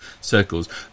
circles